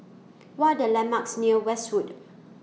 What Are The landmarks near Westwood